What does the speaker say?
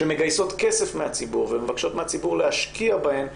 שמגייסות כסף מהציבור ומבקשות מהציבור להשקיע בהן.